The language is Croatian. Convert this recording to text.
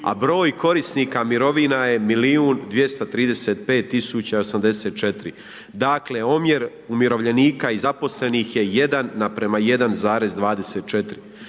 a broj korisnika mirovina je 1.235.084 dakle omjer umirovljenika i zaposlenih je 1 naprema 1,24